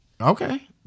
Okay